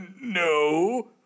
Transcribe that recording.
no